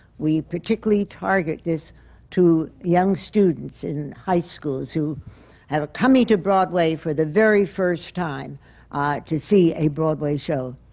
we particularly target this to young students in high schools, who and are coming to broadway for the very first time to see a broadway show,